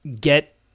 get